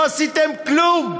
לא עשיתם כלום.